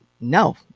no